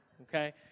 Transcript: okay